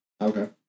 Okay